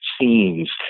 scenes